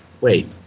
Wait